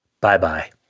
Bye-bye